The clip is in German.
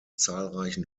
zahlreichen